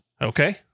Okay